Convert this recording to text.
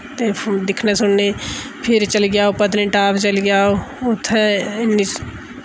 ते दिक्खने सुनने फिर चली जाओ पत्नीटाप चली जाओ उत्थै इन्नी